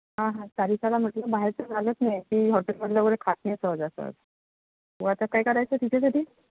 हां हां सारिकाला म्हटलं बाहेरचं चालत नाही ती हॉटेलमधलं वगैरे खात नाही सहजासहजी व आता काय करायचं तिच्यासाठी